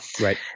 Right